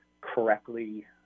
correctly